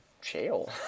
jail